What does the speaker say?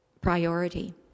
priority